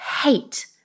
hate